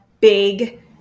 big